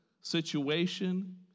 situation